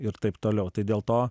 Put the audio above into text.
ir taip toliau tai dėl to